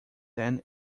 than